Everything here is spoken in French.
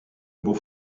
beau